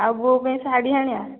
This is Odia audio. ଆଉ ବୋଉ ପାଇଁ ଶାଢ଼ୀ ଆଣିବା